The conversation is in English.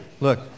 look